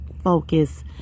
focus